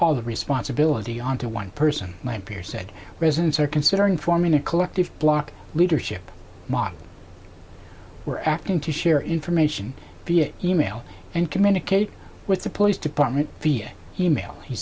all that responsibility onto one person my peers said residents are considering forming a collective block leadership model or acting to share information via email and communicate with the police department fear email he